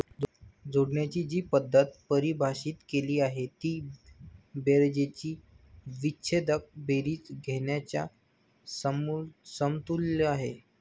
जोडण्याची जी पद्धत परिभाषित केली आहे ती बेरजेची विच्छेदक बेरीज घेण्याच्या समतुल्य आहे